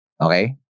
okay